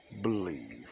believe